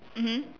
mmhmm